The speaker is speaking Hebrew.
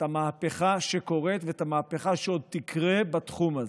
המהפכה שקורית ואת המהפכה שעוד תקרה בתחום הזה.